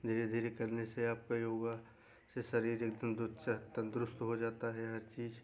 धीरे धीरे करने से आपका योगा से शरीर एकदम तंदुरुस्त हो जाता है हर चीज